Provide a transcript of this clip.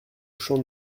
champ